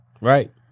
Right